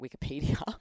Wikipedia